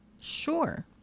Sure